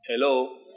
Hello